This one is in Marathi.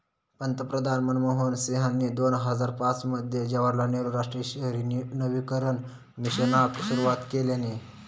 पंतप्रधान मनमोहन सिंहानी दोन हजार पाच मध्ये जवाहरलाल नेहरु राष्ट्रीय शहरी नवीकरण मिशनाक सुरवात केल्यानी